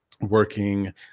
working